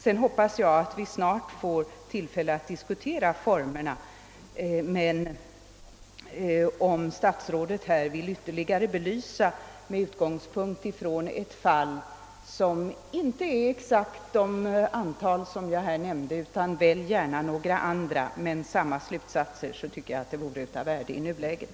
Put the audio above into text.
Sedan hoppas jag att vi snart får tillfälle att diskutera formerna för tillsättning av professorer. Om statsrådet nu med utgångspunkt från ett fall som liknar men gärna avviker från det tänkta jag här nämnde — välj något annat men med samma slutsatser! — vore detta av stort värde i nuläget.